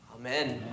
Amen